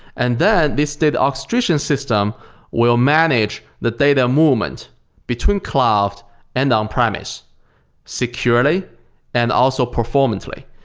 and then this data orchestration system will manage the data movement between cloud and on-premise securely and also performantly.